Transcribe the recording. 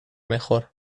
mejor